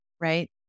right